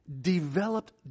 developed